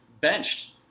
Benched